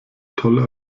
tolle